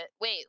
Wait